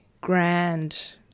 grand